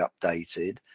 updated